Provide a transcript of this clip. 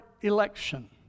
election